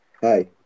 Hi